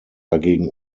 dagegen